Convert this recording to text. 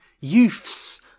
youths